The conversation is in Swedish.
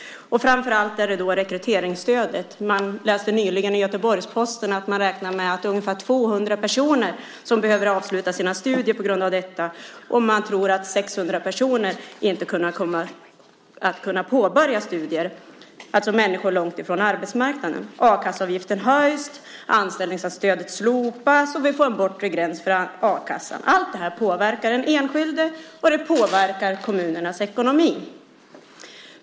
Framför allt gäller det då rekryteringsstödet. Man kunde nyligen läsa i Göteborgs-Posten att man räknar med att det är ungefär 200 personer som behöver avsluta sina studier på grund av detta, och man tror att 600 personer som i dag står långt ifrån arbetsmarknaden inte kommer att kunna påbörja studier. A-kasseavgiften höjs, anställningsstödet slopas och vi får en bortre gräns för a-kassan. Allt det här påverkar den enskilde, och det påverkar kommunernas ekonomi.